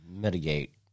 Mitigate